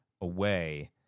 away